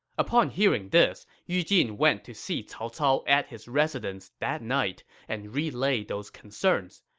upon hearing this, yu jin went to see cao cao at his residence that night and relayed those concerns.